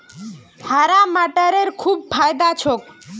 हरा मटरेर खूब फायदा छोक